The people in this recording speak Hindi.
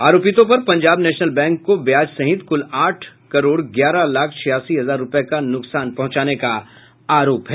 आरोपितों पर पंजाब नेशनल बैंक को ब्याज सहित कुल आठ करोड़ ग्यारह लाख छियासी हजार रुपये का नुकसान पहुंचाने का आरोप है